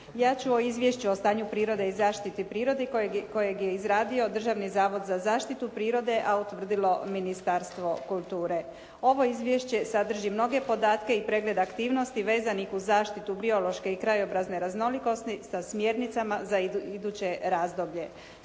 ja ću o Izvješću o stanju prirode i zaštiti prirode kojeg je izradio Državni zavod za zaštitu prirode a utvrdilo Ministarstvo kulture. Ovo izvješće sadrži mnoge podatke i pregled aktivnosti vezanih uz zaštitu biološke i krajobrazne raznolikosti sa smjernicama za iduće razdoblje.